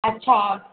अच्छा